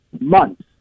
months